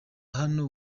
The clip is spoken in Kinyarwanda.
hano